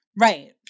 Right